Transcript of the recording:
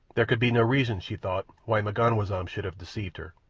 there could be no reason, she thought, why m'ganwazam should have deceived her.